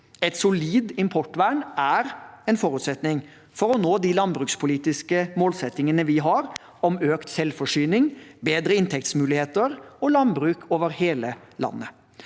Et solid importvern er en forutsetning for å nå de landbrukspolitiske målsettingene vi har om økt selvforsyning, bedre inntektsmuligheter og landbruk over hele landet.